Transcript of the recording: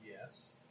Yes